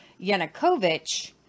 Yanukovych